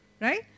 right